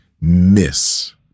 miss